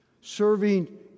Serving